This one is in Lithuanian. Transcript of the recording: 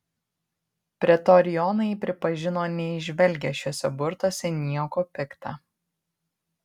pretorionai pripažino neįžvelgią šiuose burtuose nieko pikta